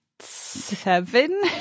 Seven